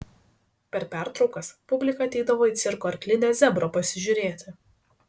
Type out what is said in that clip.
per pertraukas publika ateidavo į cirko arklidę zebro pasižiūrėti